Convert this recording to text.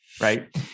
right